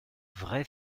vrai